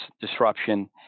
disruption